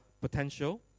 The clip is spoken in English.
potential